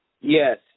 Yes